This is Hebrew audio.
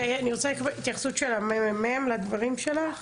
אני רוצה לקבל התייחסות של הממ"מ לדברים שלך.